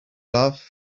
love